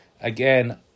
Again